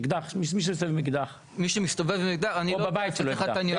מישהו שמסתובב עם אקדח או בבית שלו יש אקדח?